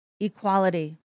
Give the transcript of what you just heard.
equality